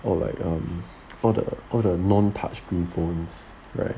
or like um all the all the non touchscreen phones right